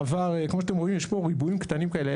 כמו שאתם רואים, יש פה ריבועים קטנים כאלה.